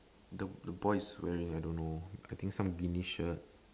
the the boy is wearing I don't know I think some Beni shirt